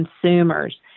consumers